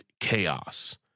chaos